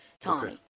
Tommy